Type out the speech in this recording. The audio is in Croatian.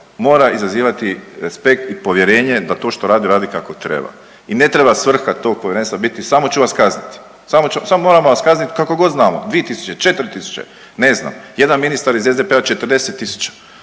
mora izazivati respekt i povjerenje da to što radi kako treba i ne treba svrha tog povjerenstva biti samo ću vas kazniti. Samo, samo moramo vas kazniti kako god znamo, 2 tisuće, 4 tisuće, ne znam, jedan ministar iz SDP-a 40.000